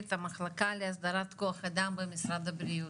ומנהלת המחלקה להסדרת כוח אדם במשרד הבריאות,